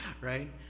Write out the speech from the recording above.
Right